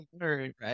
Right